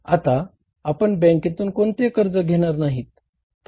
आता आपण बँकेतून कोणतेही कर्ज घेणार नाहीत